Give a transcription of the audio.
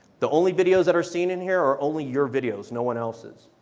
the only videos that are seen and here are only your videos no one else's.